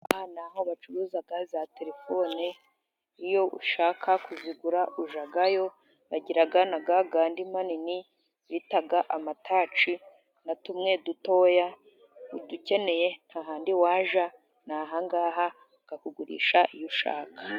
Aha ni aho bacuruza za telefone, iyo ushaka kuzigura ujyayo bagira na ya yandi manini bita amataci, na tumwe dutoya udukeneye ntahandi wajya, ni ahangaha bakakugurisha iyo ushaka.